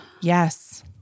Yes